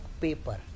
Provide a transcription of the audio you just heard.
paper